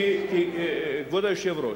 כבוד היושב-ראש.